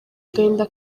agahinda